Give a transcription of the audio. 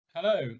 Hello